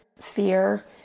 fear